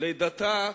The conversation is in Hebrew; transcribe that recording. לידתה